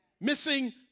missing